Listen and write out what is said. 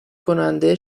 کننده